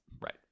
Right